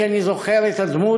כי אני זוכר את הדמות,